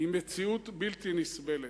עם מציאות בלתי נסבלת.